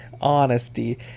Honesty